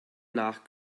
nach